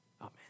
Amen